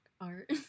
art